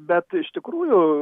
bet iš tikrųjų